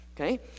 okay